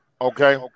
Okay